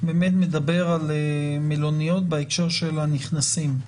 מדבר על מלוניות בהקשר של הנכנסים.